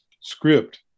script